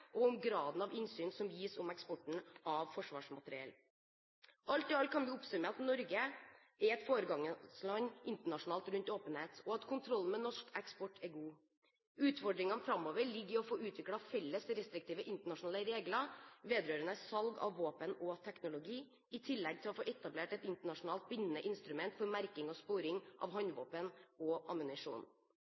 og om graden av innsyn som gis om eksporten av forsvarsmateriell. Alt i alt kan vi oppsummere med at Norge er et foregangsland internasjonalt rundt åpenhet, og at kontrollen med norsk eksport er god. Utfordringen framover ligger i å få utviklet felles, restriktive internasjonale regler vedrørende salg av våpen og teknologi, i tillegg til å få etablert et internasjonalt bindende instrument for merking og sporing av håndvåpen og ammunisjon.